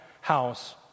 house